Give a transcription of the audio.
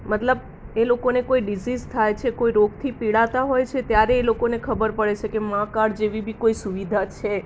મતલબ એ લોકોને કોઈ ડિસિસ થાય છે કોઈ રોગથી પીડાતાં હોય છે ત્યારે એ લોકોને ખબર પડે છે કે મા કાડ જેવી બી કોઈ સુવિધા છે